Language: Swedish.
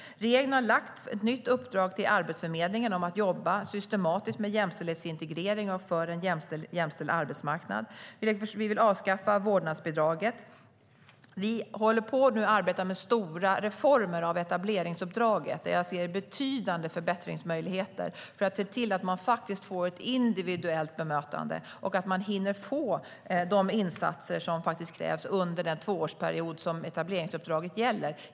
Regeringen har också gett ett nytt uppdrag till Arbetsförmedlingen om att jobba systematiskt med jämställdhetsintegrering och för en jämställd arbetsmarknad. Vi vill avskaffa vårdnadsbidraget. Vi håller på att arbeta med stora reformer av etableringsuppdraget, där jag ser betydande förbättringsmöjligheter för att se till att människor får ett individuellt bemötande och hinner få de insatser som krävs under den tvåårsperiod etableringsuppdraget gäller.